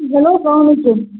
hello سلام علیکُم